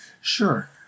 Sure